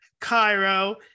Cairo